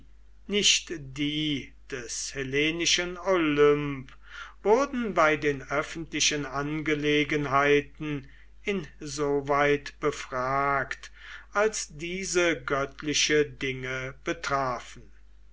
nicht die des hellenischen olymp wurden bei den öffentlichen angelegenheiten insoweit befragt als diese göttliche dinge betrafen